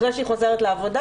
אחרי שהיא חוזרת לעבודה,